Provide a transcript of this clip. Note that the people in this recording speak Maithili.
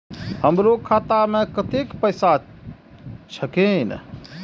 हमरो खाता में कतेक पैसा छकीन?